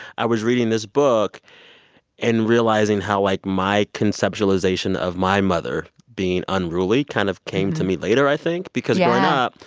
i was reading this book and realizing how, like, my conceptualization of my mother being unruly kind of came to me later i think because growing yeah up,